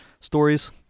stories